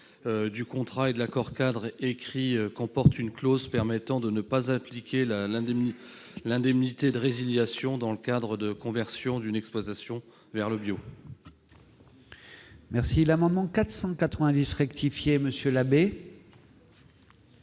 de contrat ou d'accord-cadre écrit comporte une clause permettant de ne pas appliquer l'indemnité de résiliation dans le cas de la conversion d'une exploitation vers le bio. L'amendement n° 490 rectifié, présenté